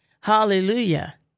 Hallelujah